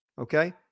Okay